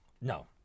No